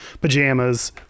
pajamas